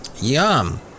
Yum